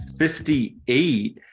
58